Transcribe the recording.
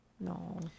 no